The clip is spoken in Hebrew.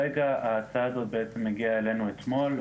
ההצעה הזאת הגיעה אלינו אתמול,